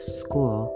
school